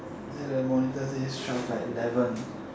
the monitor says twelve like eleven